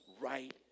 right